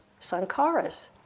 sankaras